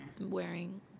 wearing